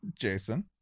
Jason